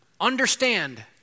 understand